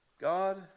God